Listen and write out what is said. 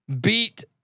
beat